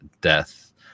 death